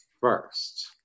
first